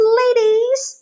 ladies